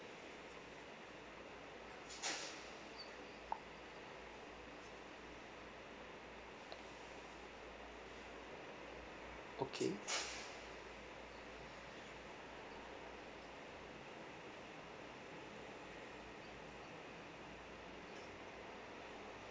okay